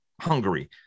Hungary